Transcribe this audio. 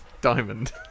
diamond